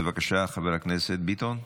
בבקשה, חבר הכנסת ביטון.